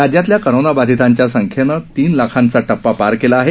राज्यातल्या कोरोना बाधितांच्या संख्येनं तीन लाखांचा टप्पा पार केला आहे